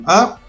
up